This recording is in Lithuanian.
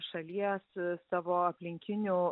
šalies savo aplinkinių